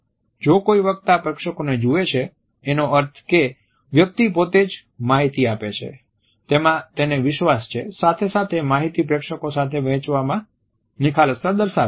જો કોઈ વક્તા પ્રેક્ષકોને જુએ છે એનો અર્થ કે વ્યક્તિ પોતે જે માહિતી આપે છે તેમાં તેને વિશ્વાસ છે સાથે સાથે માહિતી પ્રેક્ષકો સાથે વહેંચવા માં નિખાલસતા દર્શાવે છે